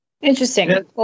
Interesting